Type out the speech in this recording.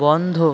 বন্ধ